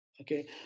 okay